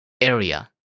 area